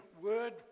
word